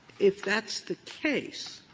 if that's the case,